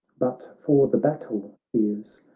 but for the battle fears.